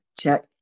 check